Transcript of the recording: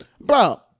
Bro